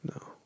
No